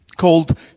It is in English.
called